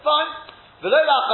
Fine